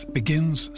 begins